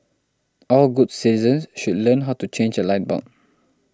all good citizens should learn how to change a light bulb